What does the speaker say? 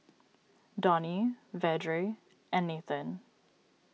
Dhoni Vedre and Nathan